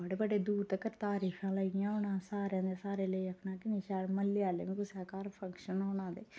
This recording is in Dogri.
बड़े बड़े दूर तगर तारीफां लगियां दियां होना सारे सारे लगऽ आक्खना ते म्हल्लें आह्लें बी कुसै दे घर फंक्शन होना ते